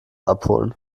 abholen